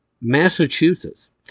massachusetts